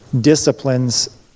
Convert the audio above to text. disciplines